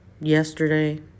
yesterday